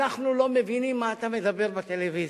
אנחנו לא מבינים מה אתה מדבר בטלוויזיה,